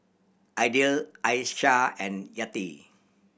Aidil Aisyah and Yati